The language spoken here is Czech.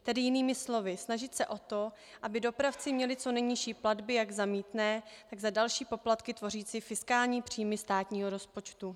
Tedy jinými slovy, snažit se o to, aby dopravci měli co nejnižší platby jak za mýtné, tak za další poplatky tvořící fiskální příjmy státního rozpočtu.